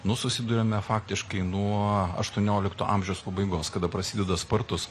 nu susiduriame faktiškai nuo aštuoniolikto amžiaus pabaigos kada prasideda spartūs